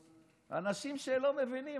אנשים שלא מבינים.